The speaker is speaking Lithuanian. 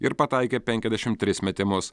ir pataikė penkiasdešim tris metimus